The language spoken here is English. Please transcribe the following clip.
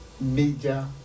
major